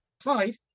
Five